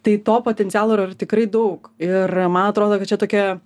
tai to potencialo yra tikrai daug ir man atrodo kad čia tokia